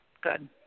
Good